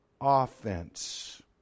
offense